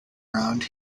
around